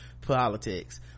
politics